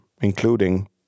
including